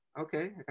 okay